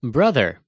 Brother